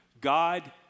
God